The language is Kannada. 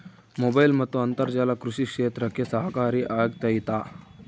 ಮೊಬೈಲ್ ಮತ್ತು ಅಂತರ್ಜಾಲ ಕೃಷಿ ಕ್ಷೇತ್ರಕ್ಕೆ ಸಹಕಾರಿ ಆಗ್ತೈತಾ?